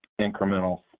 incremental